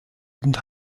und